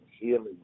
healing